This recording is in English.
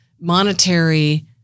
monetary